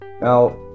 now